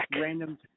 random